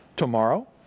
tomorrow